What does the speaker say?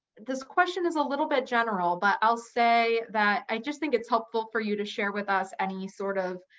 this question is a little bit general, but i'll say that i just think it's helpful for you to share with us any sort of